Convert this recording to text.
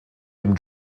dem